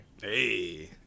Hey